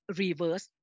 reverse